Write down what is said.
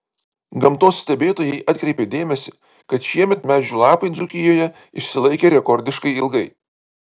gamtos stebėtojai atkreipė dėmesį kad šiemet medžių lapai dzūkijoje išsilaikė rekordiškai ilgai